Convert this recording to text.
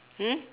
hmm